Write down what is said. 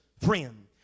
friend